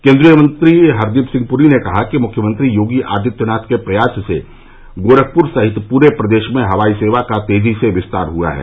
केन्द्रीय मंत्री हरदीप सिंह पुरी ने कहा कि मुख्यमंत्री योगी आदित्यनाथ के प्रयास से गोरखपुर सहित पूरे प्रदेश में हवाई सेवा का तेजी से विस्तर हुआ है